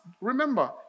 Remember